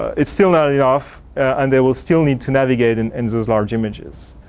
it's still not enough and they will still need to navigate in and those large images.